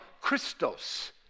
Christos